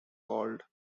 called